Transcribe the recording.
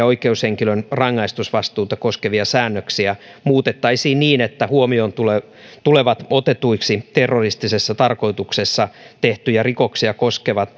oikeushenkilön rangaistusvastuuta koskevia säännöksiä muutettaisiin niin että huomioon tulevat tulevat otetuiksi terroristisessa tarkoituksessa tehtyjä rikoksia koskevat